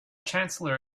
chancellor